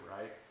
right